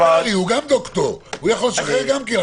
נכון